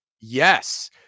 Yes